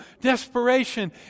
desperation